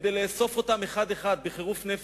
כדי לאסוף אותם אחד-אחד בחירוף נפש.